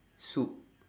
soup